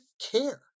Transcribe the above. care